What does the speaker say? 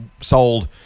sold